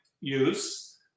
use